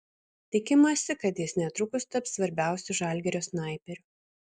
tikimasi kad jis netrukus taps svarbiausiu žalgirio snaiperiu